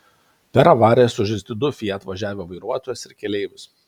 per avariją sužeisti du fiat važiavę vairuotojas ir keleivis